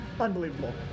unbelievable